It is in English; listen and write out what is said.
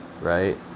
right